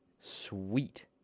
Sweet